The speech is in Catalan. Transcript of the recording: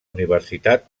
universitat